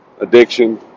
addiction